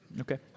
Okay